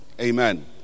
Amen